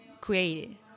created